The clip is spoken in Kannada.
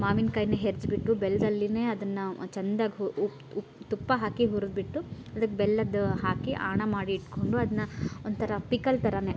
ಮಾವಿನ್ಕಾಯನ್ನ ಹೆರ್ಜಿಬಿಟ್ಟು ಬೆಲ್ಲದಲ್ಲಿಯೇ ಅದನ್ನು ಚಂದಾಗಿ ಉಪ್ಪು ತುಪ್ಪ ತುಪ್ಪ ಹಾಕಿ ಹುರಿದ್ಬಿಟ್ಟು ಅದಕ್ಕೆ ಬೆಲ್ಲದ್ದು ಹಾಕಿ ಆಣ ಮಾಡಿ ಇಟ್ಕೊಂಡು ಅದನ್ನ ಒಂಥರ ಪಿಕಲ್ ಥರನೇ